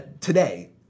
today